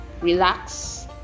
relax